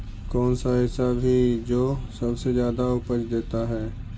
कौन सा ऐसा भी जो सबसे ज्यादा उपज देता है?